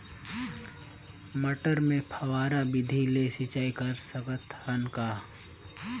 मटर मे फव्वारा विधि ले सिंचाई कर सकत हन का?